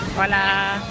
hola